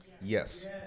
yes